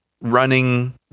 running